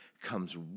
Comes